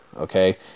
Okay